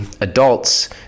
adults